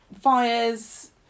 fires